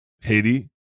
Haiti